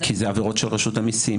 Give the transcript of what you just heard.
כי זה עבירות של רשות המיסים.